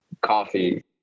coffee